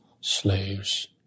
slaves